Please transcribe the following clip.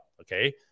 Okay